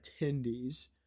attendees